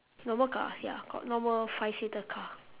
normal car ya got normal five seater car